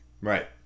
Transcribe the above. Right